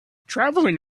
traveling